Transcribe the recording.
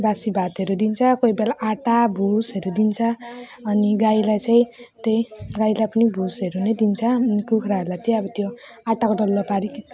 बासी भातहरू दिन्छ कोही बेला आटा भुसहरू दिन्छ अनि गाईलाई चाहिँ त्यही गाईलाई पनि भुसहरू नै दिन्छ अनि कुखुराहरूलाई त्यही अब त्यो आटाको डल्लो पारिकी